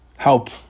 help